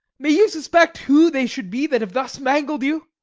may you suspect who they should be that have thus mangled you?